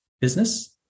business